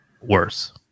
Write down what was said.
worse